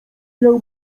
miał